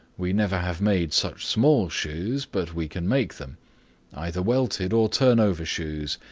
we never have made such small shoes, but we can make them either welted or turnover shoes,